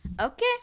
okay